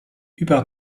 über